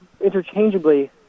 interchangeably